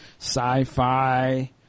sci-fi